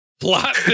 Plot